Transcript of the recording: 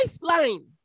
lifeline